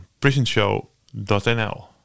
prisonshow.nl